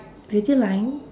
beauty line